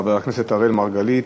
חבר הכנסת אראל מרגלית.